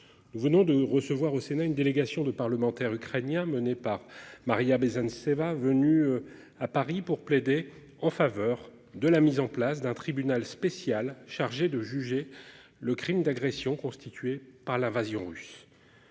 Nous venons de recevoir au Sénat une délégation de parlementaires ukrainiens menés par Maria. CEVA, venu à Paris pour plaider en faveur de la mise en place d'un tribunal spécial chargé de juger le crime d'agression constitué par l'invasion russe.